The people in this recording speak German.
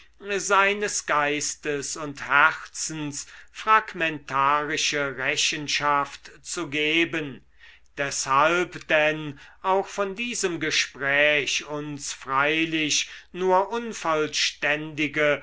seines geistes und herzens fragmentarische rechenschaft zu geben deshalb denn auch von diesem gespräche uns freilich nur unvollständige